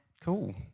Cool